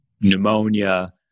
pneumonia